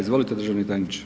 Izvolite državni tajniče.